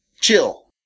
chill